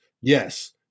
yes